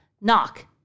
knock